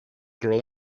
girl